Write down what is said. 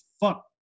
fuck